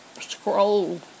scroll